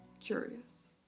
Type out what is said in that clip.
curious